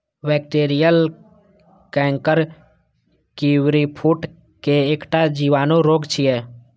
bacterial canker kiwi fruit के एकटा जीवाणु रोग छियै